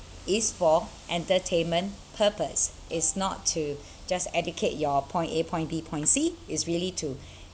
is for entertainment purpose is not to just educate your point A point B point C it's really to